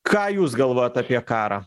ką jūs galvojat apie karą